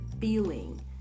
feeling